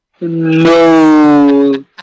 No